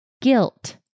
guilt